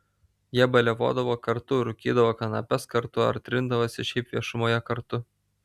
jie baliavodavo kartu rūkydavo kanapes kartu ar trindavosi šiaip viešumoje kartu